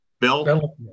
Bill